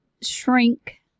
shrink